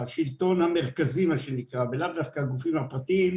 השלטון המרכזי ולא הגופים הפרטיים,